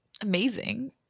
Amazing